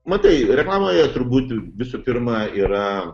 matai reklamoje turbūt visų pirma yra